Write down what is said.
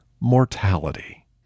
mortality